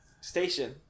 Station